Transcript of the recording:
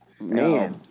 no